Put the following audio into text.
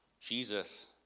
Jesus